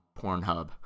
Pornhub